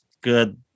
good